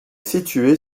située